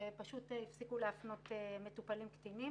שם פשוט הפסיקו להפנות מטופלים קטינים